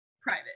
private